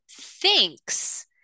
thinks